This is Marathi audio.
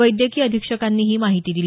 वैद्यकीय अधीक्षकांनी ही माहिती दिली